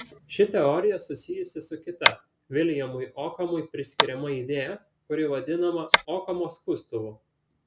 ši teorija susijusi su kita viljamui okamui priskiriama idėja kuri vadinama okamo skustuvu